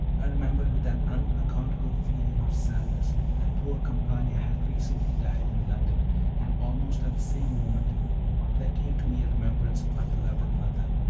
i remembered with an unaccountable feeling of sadness, that poor campana had recently died in london and almost at the same moment there came to me a remembrance of my beloved mother,